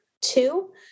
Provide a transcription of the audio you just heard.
two